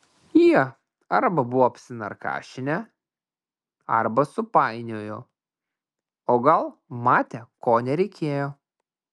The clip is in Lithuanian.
jie arba buvo apsinarkašinę arba supainiojo o gal matė ko nereikėjo